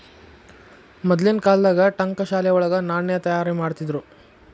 ಮದ್ಲಿನ್ ಕಾಲ್ದಾಗ ಠಂಕಶಾಲೆ ವಳಗ ನಾಣ್ಯ ತಯಾರಿಮಾಡ್ತಿದ್ರು